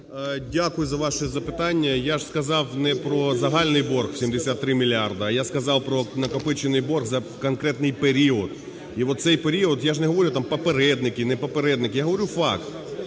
Дякую за ваше запитання. Я ж сказав не про загальний борг в 73 мільярди, а я сказав про накопичений борг за конкретний період і от це період… Я ж не говорю попередники – не попередники, я говорю факт,